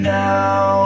now